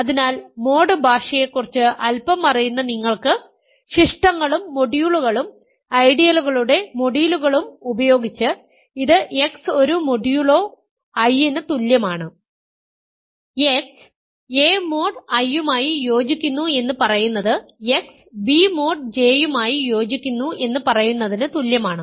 അതിനാൽ മോഡ് ഭാഷയെക്കുറിച്ച് അൽപ്പം അറിയുന്ന നിങ്ങൾക്ക് ശിഷ്ടങ്ങളും മൊഡ്യൂളുകളും ഐഡിയലുകളുടെ മൊഡ്യൂളുകളും ഉപയോഗിച്ച് ഇത് x ഒരു മൊഡ്യൂളോ I ന് തുല്യമാണ് x a മോഡ് I യുമായി യോജിക്കുന്നു എന്ന് പറയുന്നത് x b മോഡ് J യുമായി യോജിക്കുന്നു എന്നു പറയുന്നതിന് തുല്യമാണ്